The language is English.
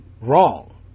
wrong